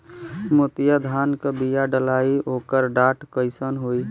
मोतिया धान क बिया डलाईत ओकर डाठ कइसन होइ?